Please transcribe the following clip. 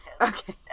okay